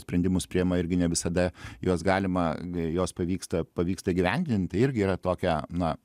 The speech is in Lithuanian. sprendimus priima irgi ne visada juos galima juos pavyksta pavyksta įgyvendint irgi yra tokia na